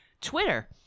twitter